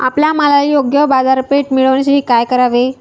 आपल्या मालाला योग्य बाजारपेठ मिळण्यासाठी काय करावे?